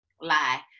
lie